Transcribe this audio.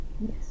Yes